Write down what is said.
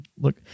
Look